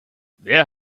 wer